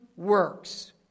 works